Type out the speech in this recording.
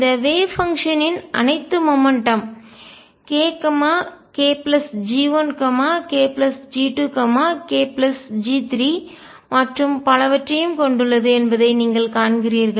இந்த வேவ் பங்ஷன்னின் அலை செயல்பாட்டின் அனைத்து மொமெண்ட்டம் உந்தம் k k G1 k G2 k G3 மற்றும் பலவற்றையும் கொண்டுள்ளது என்பதை நீங்கள் காண்கிறீர்கள்